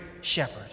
shepherd